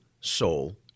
soul